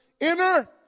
enter